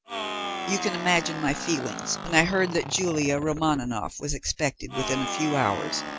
you can imagine my feelings when i heard that julia romaninov was expected within a few hours,